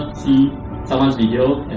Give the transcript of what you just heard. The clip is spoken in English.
see someone's video,